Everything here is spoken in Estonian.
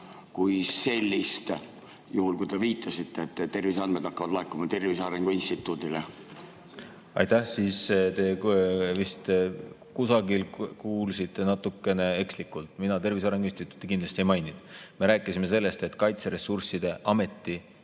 ei ole? Juhul kui te viitasite, et terviseandmed hakkavad laekuma Tervise Arengu Instituudile. Aitäh! Te vist kuulsite natukene ekslikult. Mina Tervise Arengu Instituuti kindlasti ei maininud. Me rääkisime sellest, et Kaitseressursside Ameti